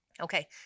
okay